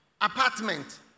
apartment